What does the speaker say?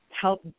help